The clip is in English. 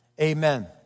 Amen